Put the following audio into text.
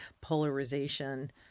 polarization